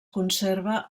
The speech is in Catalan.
conserva